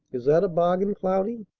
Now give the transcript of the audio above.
is that a bargain, cloudy?